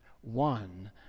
one